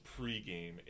pregame